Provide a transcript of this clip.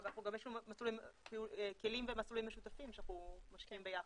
יש לנו גם כלים ומסלולים משותפים שאנחנו משקיעים ביחד.